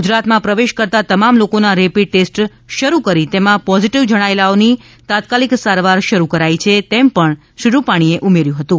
ગુજરાતમાં પ્રવેશ કરતાં તમામ લોકોના રેપીડ ટેસ્ટ શરૂ કરી તેમાં પોઝિટિવ જણાયેલાની તાત્કાલિક સારવાર શરૂ કરાઈ છે તેમ પણ શ્રી રૂપાણીએ ઉમેર્થું હતું